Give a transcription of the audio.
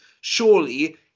surely